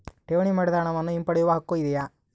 ಠೇವಣಿ ಮಾಡಿದ ಹಣವನ್ನು ಹಿಂಪಡೆಯವ ಹಕ್ಕು ಇದೆಯಾ?